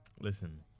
listen